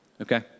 okay